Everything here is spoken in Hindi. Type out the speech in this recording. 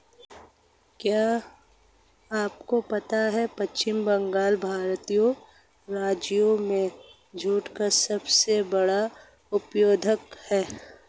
क्या आपको पता है पश्चिम बंगाल भारतीय राज्यों में जूट का सबसे बड़ा उत्पादक है?